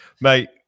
mate